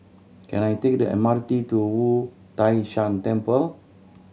can I take the M R T to Wu Tai Shan Temple